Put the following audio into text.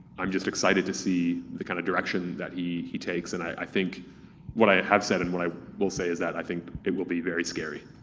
i'm just excited to see the kind of direction that he he takes, and i think what i have said and what i will say is that i think it will be very scary.